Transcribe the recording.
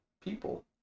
people